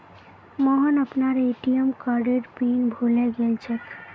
मोहन अपनार ए.टी.एम कार्डेर पिन भूले गेलछेक